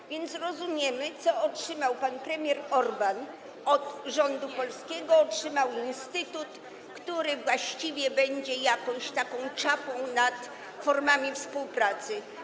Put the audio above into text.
Tak więc rozumiemy, co otrzymał pan premier Orbán od rządu polskiego - instytut, który właściwie będzie jakąś taką czapą nad formami współpracy.